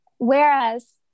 Whereas